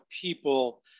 people